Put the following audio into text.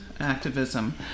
activism